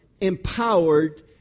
empowered